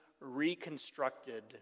reconstructed